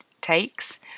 takes